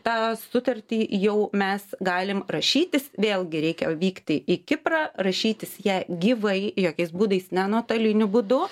tą sutartį jau mes galim rašytis vėlgi reikia vykti į kiprą rašytis ją gyvai jokiais būdais ne nuotoliniu būdu